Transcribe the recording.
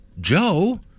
Joe